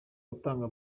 gutangwa